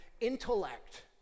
intellect